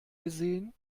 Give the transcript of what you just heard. gesehen